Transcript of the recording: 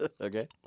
okay